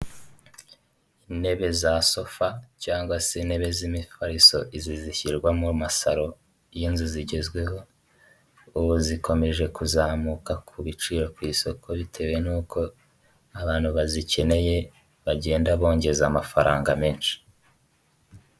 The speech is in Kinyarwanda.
Imodoka yo mu bwoko bwa dayihatsu yifashishwa mu gutwara imizigo ifite ibara ry'ubururu ndetse n'igisanduku cy'ibyuma iparitse iruhande rw'umuhanda, aho itegereje gushyirwamo imizigo. Izi modoka zikaba zifashishwa mu kworoshya serivisi z'ubwikorezi hirya no hino mu gihugu. Aho zifashishwa mu kugeza ibintu mu bice bitandukanye by'igihugu.